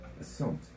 assault